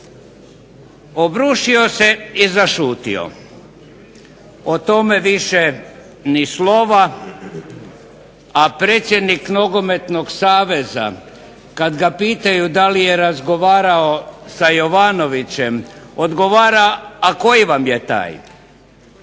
Obrušio se i zašutio. O tome više ni slova, a predsjednik Nogometnog saveza kada ga pitaju da li je razgovarao sa Jovanovićem, odgovara, a koji vam je taj?